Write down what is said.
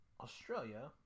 Australia